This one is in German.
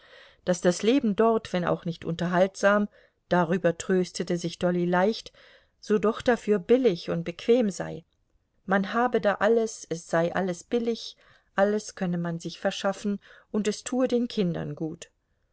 daß das leben dort wenn auch nicht unterhaltsam darüber tröstete sich dolly leicht so doch dafür billig und bequem sei man habe da alles es sei alles billig alles könne man sich verschaffen und es tue den kindern gut